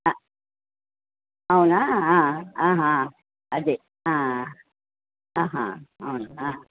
అవునా అదే అవును